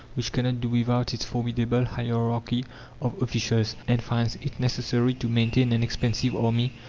which cannot do without its formidable hierarchy of officials, and finds it necessary to maintain an expensive army,